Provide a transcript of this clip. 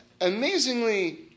amazingly